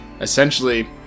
essentially